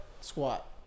squat